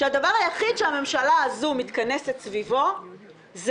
שהדבר היחיד שהממשלה הזו מתכנסת סביבו זה